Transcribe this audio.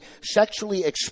sexually